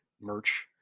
merch